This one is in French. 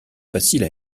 facile